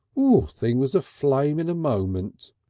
thing was aflare um in a moment.